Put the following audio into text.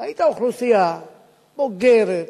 ראית אוכלוסייה בוגרת,